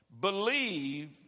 believe